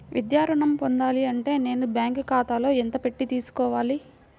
విద్యా ఋణం పొందాలి అంటే నేను బ్యాంకు ఖాతాలో ఎంత పెట్టి తీసుకోవాలి?